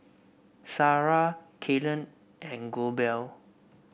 Sarrah Kaylen and Goebel